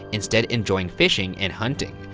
instead enjoying fishing and hunting.